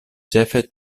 ĉefe